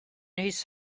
his